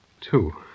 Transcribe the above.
Two